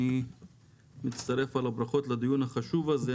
אני מצטרף לברכות לדיון החשוב הזה,